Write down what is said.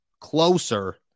closer